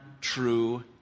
true